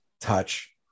touch